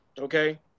okay